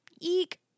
Eek